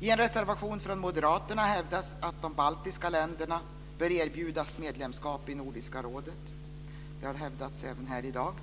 I en reservation från moderaterna hävdas att de baltiska länderna bör erbjudas medlemskap i Nordiska rådet. Det har hävdats även här i dag.